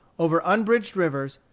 over unbridged rivers,